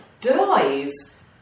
dies